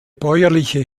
bäuerliche